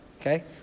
Okay